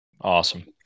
Awesome